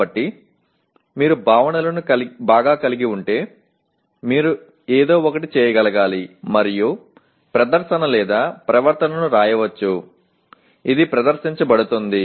కాబట్టి మీరు భావనలను బాగా కలిగి ఉంటే మీరు ఏదో ఒకటి చేయగలగాలి మరియు ప్రదర్శన లేదా ప్రవర్తనను వ్రాయవచ్చు అది ప్రదర్శించబడుతుంది